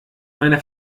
meiner